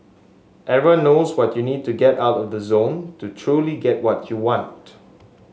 everybody knows what you need to get out of the zone to truly get what you want